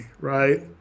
right